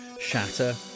Shatter